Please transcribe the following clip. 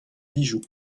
bijoux